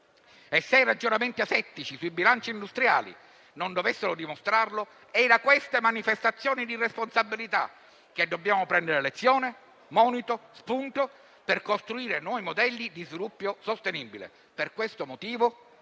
Se i ragionamenti asettici sui bilanci industriali non dovessero dimostrarlo, è da queste manifestazioni di responsabilità che dobbiamo prendere lezione, monito e spunto per costruire nuovi modelli di sviluppo sostenibile. Per questo motivo